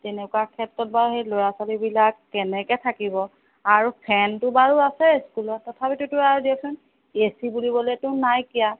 তেনেকুৱা ক্ষেত্ৰত বাৰু সেই ল'ৰা ছোৱালীবিলাক কেনেকৈ থাকিব আৰু ফেনটো বাৰু আছে স্কুলত তথাপিতোতো বাৰু দিয়কচোন এ চি বুলিবলেতো নাইকিয়া